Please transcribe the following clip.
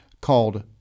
called